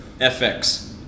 FX